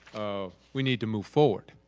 we need to move forward.